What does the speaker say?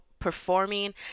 performing